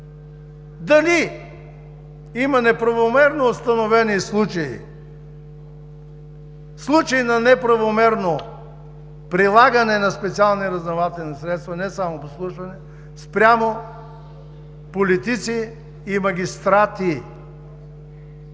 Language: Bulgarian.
дали има неправомерно установени случаи, случаи на неправомерно прилагане на специални разузнавателни средства, не само подслушване, спрямо политици и магистрати?